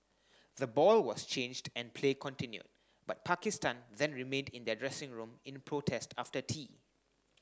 the ball was changed and play continued but Pakistan then remained in their dressing room in protest after tea